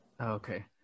Okay